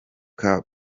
kabod